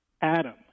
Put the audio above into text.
Adam